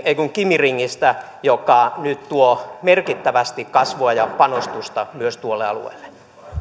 ei kun kimi ringistä joka nyt tuo merkittävästi kasvua ja panostusta myös tuolle alueelle